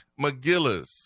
McGillis